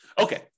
Okay